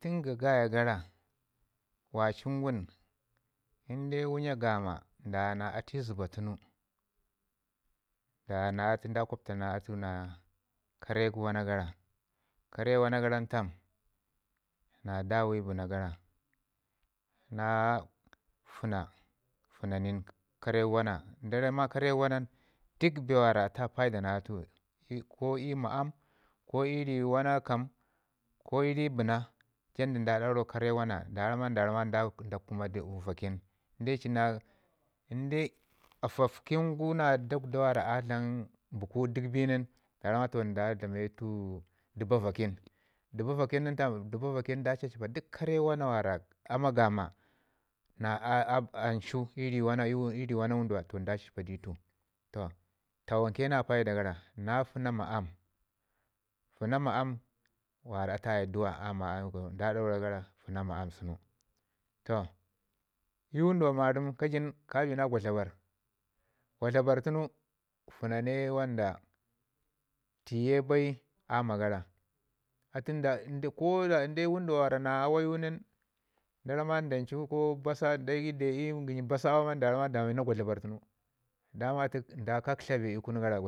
Tun ga gaya gara waci ngum in de wun'ya gama nda ya na atu zəba tun da ya na dtu nda gwapta na atu na kare wana gara. Kare wana gara nin tam? na dawai bəna gara, na fəna fənanin kare wana. Nda ramma kare wana nin duk bee atu a paida na atu ko ii ma aam ko ri wana kaam ko ii ri bəna jandu nda daurau kare wana- nda- ramma- nda ramma nda kəma vakin. In de afafkin gu na dakwda wara a dlam buku duk bi nin da ramma toh da dlame tu duba vakin. Duba vakin nin tam duba vakin n'cha cajpa duk kane wana wara ama gama ancu i rii wana wunduwa toh nda ajpa di tu tawanke na paida gara na fəna ma aam, fəna ma, aam wara atu nye duwa aam i kunu da dakirau fəna ma amm sunu. toh i wunduwa marəm ka jin ka bi na kwatlagwarr, kwatlagwar tunu fəna ne wanda ti ye bai ama gora. Atun da ko da wunduwa mi na nin da ramma ko dancu basa ko dagai deu ii gəni basa auu dagai nda ramma da mi na kwatlagwarr tunu. Daman atu nda kaktlabee i kunu gara